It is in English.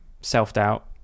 self-doubt